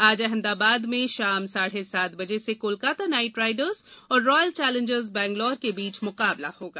आज अहमदाबाद में शाम साढे सात बजे से कोलकाता नाइट राइडर्स और रॉयल चौंलेजर्स बंगलौर के बीच मुकाबला होगा